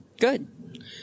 Good